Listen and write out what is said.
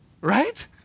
Right